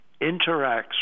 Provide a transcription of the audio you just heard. interacts